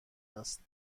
است